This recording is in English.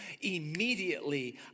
immediately